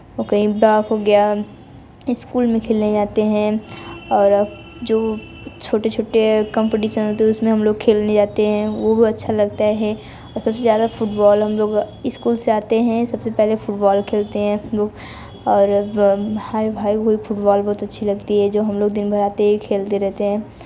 वो कहीं हो गया इस्कुल में खेलने जाते हैं और जो छोटे छोटे कॉम्पिटिशन होते हैं उसमें हम लोग खेलने जाते हैं वो अच्छा लगता है सबसे ज़्यादा फुटबॉल हम लोग इस्कुल से आते हैं सबसे पहले फुटबॉल खेलते हैं हम लोग और भाई भाई फुटबॉल बहुत अच्छी लगती है जो हम लोग दिन भर आते ही खेलते रहते हैं